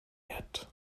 yet